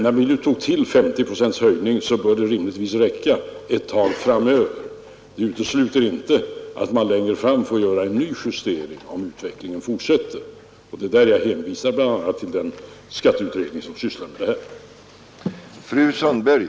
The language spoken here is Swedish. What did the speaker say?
När vi nu tog 50 procents höjning bör det rimligtvis räcka ett tag framöver, men det utesluter inte att vi längre fram kan få göra en ny justering, om utvecklingen fortsätter. Och det är därför som jag bl.a. hänvisar till den skatteutredning som sysslar med dessa frågor.